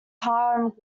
harlem